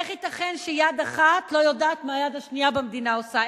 איך ייתכן שיד אחת לא יודעת מה היד השנייה במדינה עושה?